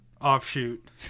offshoot